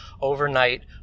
overnight